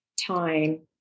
time